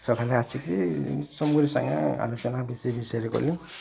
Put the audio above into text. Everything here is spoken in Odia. ସକାଲେ ଆସିକି ସବୁରି ସାଙ୍ଗେ ଆଲୋଚନା ବି ସେ ବିଷୟରେ କଲି